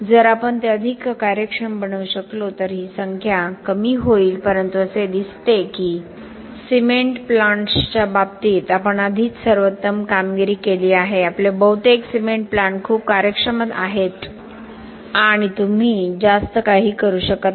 जर आपण ते अधिक कार्यक्षम बनवू शकलो तर ही संख्या कमी होईल परंतु असे दिसते की सिमेंट प्लांट्सच्या बाबतीत आपण आधीच सर्वोत्तम कामगिरी केली आहे आपले बहुतेक सिमेंट प्लांट खूप कार्यक्षम आहेत आणि तुम्ही जास्त काही करू शकत नाही